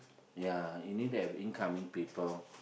ya you need to have incoming people